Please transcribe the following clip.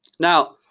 now,